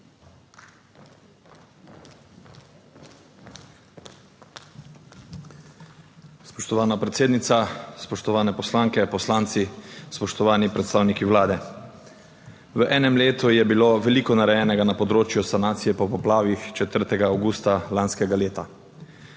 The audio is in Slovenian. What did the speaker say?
Spoštovana predsednica, spoštovane poslanke, poslanci, spoštovani predstavniki Vlade! V enem letu je bilo veliko narejenega na področju sanacije po poplavah 4. avgusta lanskega leta.